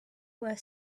were